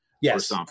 yes